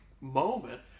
moment